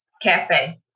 Cafe